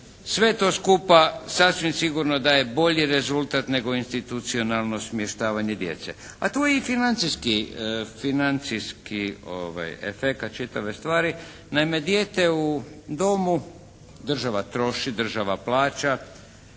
Sve to skupa sasvim sigurno da je bolji rezultat nego institucionalno smještavanje djece, a tu je i financijski efekat čitave stvari. Naime dijete u domu država troši, država plaća,